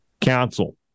Council